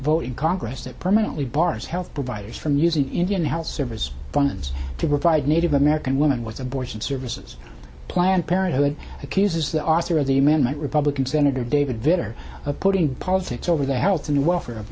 vote in congress that permanently bars health providers from using indian health service funds to provide native american woman with abortion services planned parenthood accuses the author of the amendment republican senator david vitter of putting politics over the health and welfare of